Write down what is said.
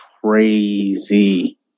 crazy